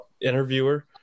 interviewer